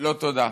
לא תודה.